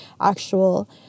actual